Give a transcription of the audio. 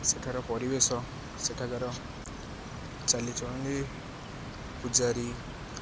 ସେଠାର ପରିବେଶ ସେଠାକାର ଚାଲିଚଳଣି ପୂଜାରୀ